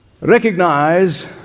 recognize